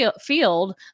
field